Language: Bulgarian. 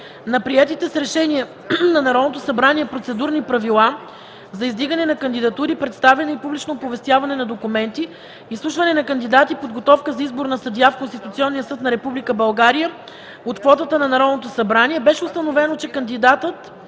на приетите с решение на Народното събрание Процедурни правила за издигане на кандидатури, представяне и публично оповестяване на документи, изслушване на кандидати и подготовка за избор на съдия в Конституционния съд на Република България от квотата на Народното събрание беше установено, че кандидатът